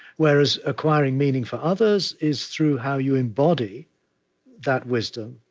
whereas acquiring meaning for others is through how you embody that wisdom,